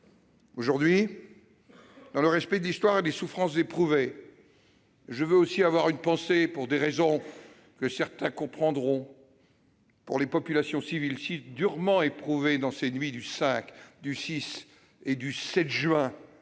Aujourd'hui, dans le respect de l'histoire et des souffrances éprouvées- je veux aussi avoir une pensée, pour des raisons que certains comprendront, pour les populations civiles si durement éprouvées dans ces nuits du 5, du 6 et du 7 juin,